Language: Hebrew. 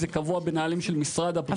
זה קבוע בנהלים של משרד הבריאות.